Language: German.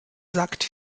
sagt